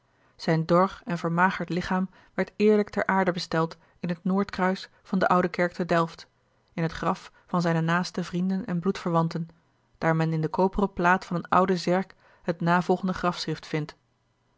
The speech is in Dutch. zijn dor en vermagerd lichaam werd eerlijk ter aarde besteld in het noord kruis van de oude kerk te delft in het graf van zijne naaste vrienden en bloedverwanten daar men in de koperen plaat van een oude zerk het navolgende grafschrift vindt